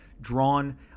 drawn